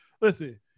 Listen